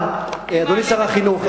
ממש לא.